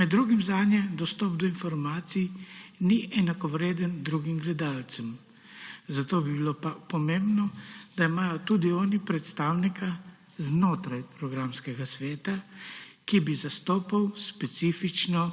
Med drugim zanje dostop do informacij ni enakovreden drugim gledalcem, zato bi bilo pa pomembno, da imajo tudi oni predstavnika znotraj programskega sveta, ki bi zastopal specifično